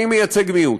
אני מייצג מיעוט.